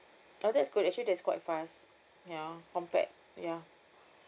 oh that's good actually that's quite fast ya compared ya